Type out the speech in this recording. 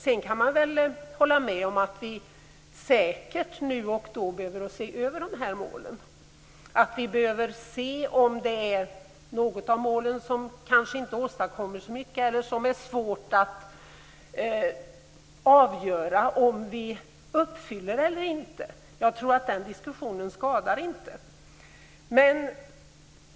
Sedan kan jag hålla med om att vi säkert nu och då behöver se över målen. Vi behöver se om det är något av målen som kanske inte åstadkommer så mycket eller om det finns mål som det är svårt att avgöra om vi uppfyller eller inte. Jag tror inte att den diskussionen skadar.